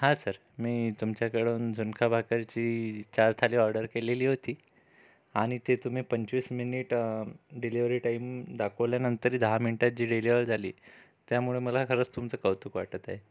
हां सर मी तुमच्याकडून झुणका भाकरची चार थाळी ऑर्डर केलेली होती आणि ते तुम्ही पंचवीस मिनिट डिलेव्हरी टाइम दाखवल्यानंतरही दहा मिनटात जी डिलेव्हर झाली त्यामुळं मला खरंच तुमचं कौतुक वाटत आहे